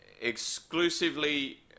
exclusively